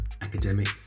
academic